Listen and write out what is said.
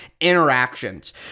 interactions